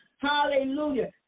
Hallelujah